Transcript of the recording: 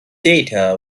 data